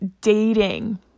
dating